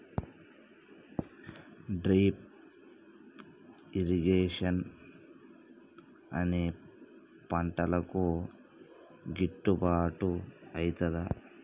Drip irrigation అన్ని పంటలకు గిట్టుబాటు ఐతదా?